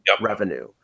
revenue